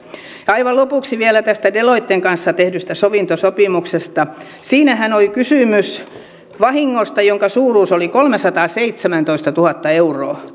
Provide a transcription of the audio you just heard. ja aivan lopuksi vielä tästä deloitten kanssa tehdystä sovintosopimuksesta siinähän oli kysymys vahingosta jonka suuruus oli kolmesataaseitsemäntoistatuhatta euroa